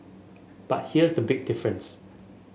but here's the big difference